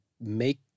make